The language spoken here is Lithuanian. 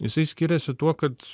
jisai skiriasi tuo kad